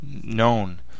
known